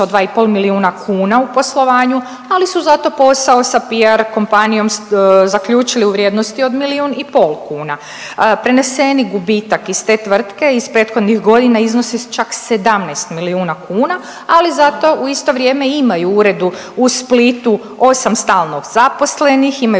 od 2,5 milijuna kuna u poslovanju, ali su zato posao sa PR kompanijom zaključili u vrijednosti od milijun i pol kuna. Preneseni gubitak iz te tvrtke iz prethodnih godina iznosi čak 17 milijuna kuna, ali zato u isto vrijeme imaju u uredu u Splitu osam stalno zaposlenih, imaju